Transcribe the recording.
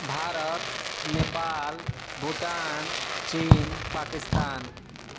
भारत नेपाल भूटान चीन पाकिस्तान